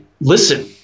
listen